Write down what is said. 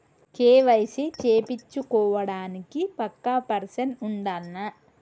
KYC చేపిచ్చుకోవడానికి పక్కా person ఉండాల్నా?